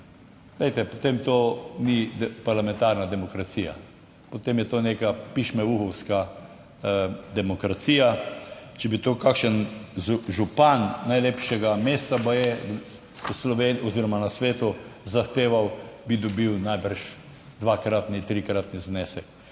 glejte, potem to ni parlamentarna demokracija, potem je to neka pišmeuhovska demokracija. Če bi to kakšen župan najlepšega mesta baje v Sloveniji oziroma na svetu zahteval, bi dobil najbrž dvakratni, trikratni znesek.